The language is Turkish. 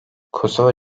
kosova